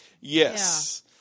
Yes